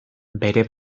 bere